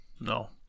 No